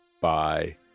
Bye